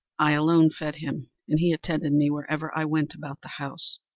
i alone fed him, and he attended me wherever i went about the house.